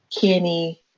Kenny